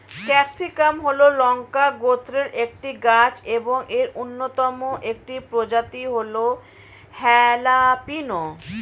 capsicum হল লঙ্কা গোত্রের একটি গাছ এবং এর অন্যতম একটি প্রজাতি হল হ্যালাপিনো